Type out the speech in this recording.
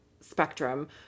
spectrum